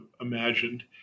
imagined